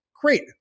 great